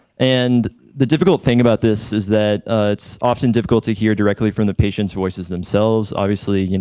and the difficult thing about this is that it's often difficult to hear directly from the patient's voices themselves. obviously,